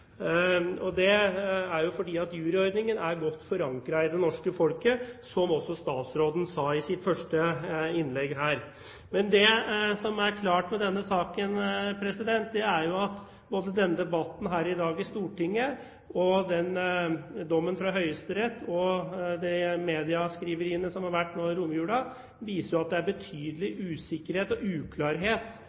fordi juryordningen er godt forankret i det norske folket, som også statsråden sa i sitt første innlegg. Men det som er klart, er at både denne debatten i Stortinget i dag, dommen fra Høyesterett og de medieskriveriene som har vært nå i romjulen, viser at det er betydelig usikkerhet og uklarhet